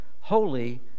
holy